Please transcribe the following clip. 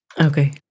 okay